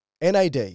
NAD